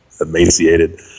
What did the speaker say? emaciated